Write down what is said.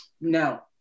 no